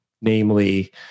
namely